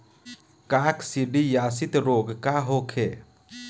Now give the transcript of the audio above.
काकसिडियासित रोग का होखे?